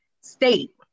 state